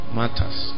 matters